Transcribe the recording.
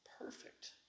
perfect